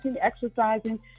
exercising